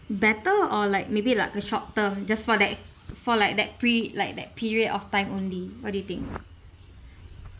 better or like maybe like a short term just for that for like that per~ like that period of time only what do you think